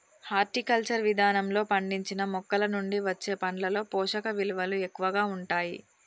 horticulture విధానంలో పండించిన మొక్కలనుండి వచ్చే పండ్లలో పోషకవిలువలు ఎక్కువగా ఉంటాయి